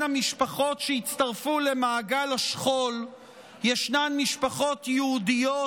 המשפחות שהצטרפו למעגל השכול ישנן משפחות יהודיות,